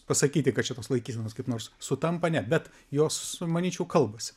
pasakyti kad čia tos laikysenos kaip nors sutampa ne bet jos manyčiau kalbasi